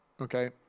okay